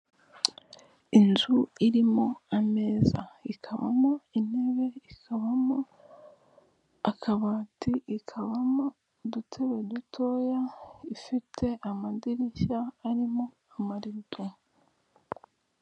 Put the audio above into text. Inzu irimo ameza ikabamo intebe, ikabamo akabati, ikabamo udutebe tutoya, ifite amadirishya arimo amarido.